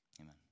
Amen